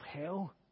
hell